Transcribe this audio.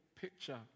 picture